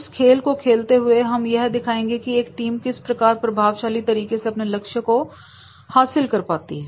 इस खेल को खेलते हुए हम यह दिखाएंगे की एक टीम किस प्रकार प्रभावशाली तरीके से अपने लक्ष्य को हासिल कर पाती हैं